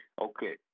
Okay